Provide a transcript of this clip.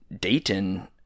Dayton